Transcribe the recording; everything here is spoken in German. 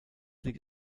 liegt